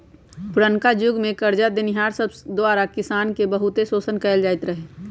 पुरनका जुग में करजा देनिहार सब द्वारा किसान के बहुते शोषण कएल जाइत रहै